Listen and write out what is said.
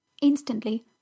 Instantly